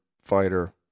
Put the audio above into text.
fighter